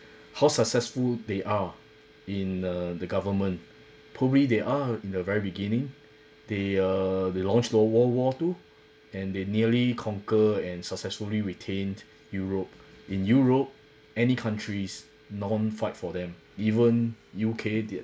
how successful they are in uh the government probably they are in the very beginning they err they launched the world war two and they nearly conquer and successfully retained europe in europe any countries no one fight for them even U_K they